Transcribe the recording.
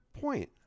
point